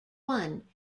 one